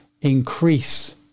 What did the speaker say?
increase